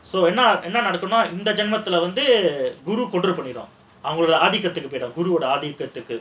என்ன என்ன நடக்கும்னா இந்த ஜென்மத்துல வந்து குரு:enna enna nadakkumnaa indha jenmathula vandhu guru control பண்ணிடும் குருவோடு ஆதிக்கத்துக்கு:pannidum guruvodu adhikathukku